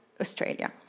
Australia